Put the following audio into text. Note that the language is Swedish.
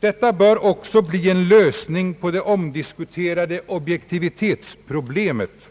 Detta bör också bli en lösning på det omdiskuterade objektivitetsproblemet.